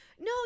No